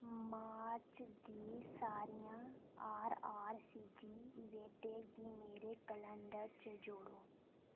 मार्च दी सारियां R R C G ईवेंटें गी मेरे कैलेंडर च जोड़ो